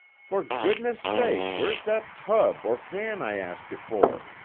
for goodness' sake, where's that tub or pan i asked you for?